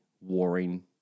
warring